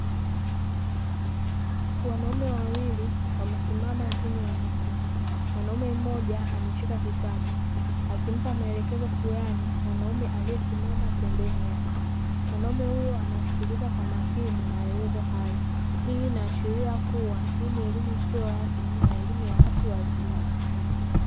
Wanaume wawili wamesimama chini ya mti, mwanaume mmoja ameshika kitabu akimpa maelekezo fulani mwanaume aliyesimama pembeni yake, mwanamume huyo anasikiliza kwa makini maelezo hayo. Hii inaashiria kuwa hii ni elimu isiyo rasmi na elimu ya watu wazima.